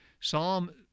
Psalm